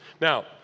Now